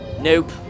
Nope